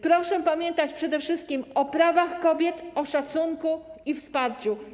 Proszę pamiętać przede wszystkim o prawach kobiet, o szacunku i wsparciu.